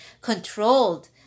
controlled